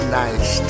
nice